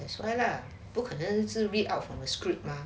that's why lah 不可能一直 read out from a script mah